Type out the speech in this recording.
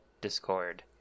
Discord